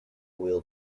wield